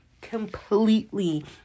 completely